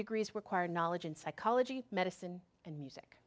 degrees require knowledge in psychology medicine and music